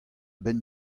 benn